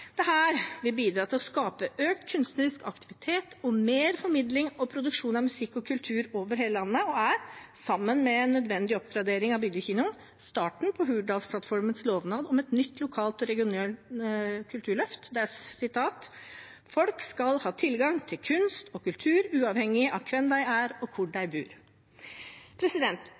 vil bidra til å skape økt kunstnerisk aktivitet og mer formidling og produksjon av musikk og kultur over hele landet. Sammen med en nødvendig oppgradering av bygdekinoen er det starten på Hurdalsplattformens lovnad om et nytt lokalt og regionalt kulturløft: «Folk skal ha tilgang til kunst og kultur, uavhengig av kven dei er, og kor dei bur.»